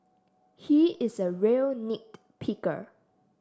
he is a real nit picker